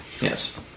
Yes